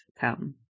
come